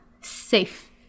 safe